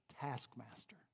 taskmaster